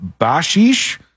Bashish